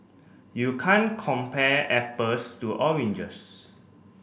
you can't compare apples to oranges